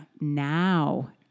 Now